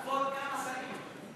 כבוד כמה שרים.